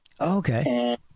Okay